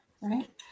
right